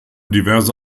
diverse